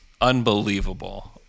unbelievable